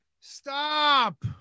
Stop